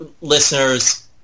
Listeners